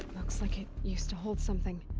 looks like it. used to hold something.